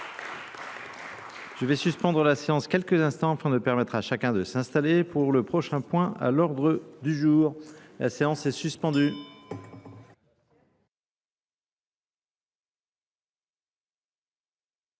Je vais suspendre la séance quelques instants afin de permettre à chacun de s'installer pour le prochain point à l'ordre du jour. La séance est suspendue.